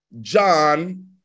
John